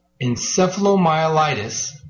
encephalomyelitis